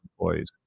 employees